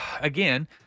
again